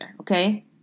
Okay